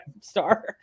star